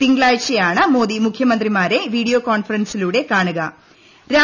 തിങ്കളാഴ്ചയാണ് മോദി മുഖ്യമന്ത്രിമാരെ വീഡിയോ കോൺഫറൻസിലൂടെ കാണു്കുക